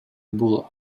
бул